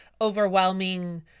overwhelming